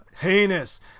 heinous